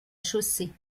chaussée